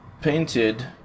painted